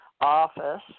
Office